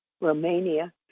Romania